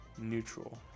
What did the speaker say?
Neutral